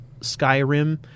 Skyrim